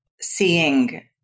seeing